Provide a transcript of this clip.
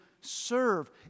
serve